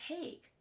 take